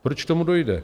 Proč k tomu dojde?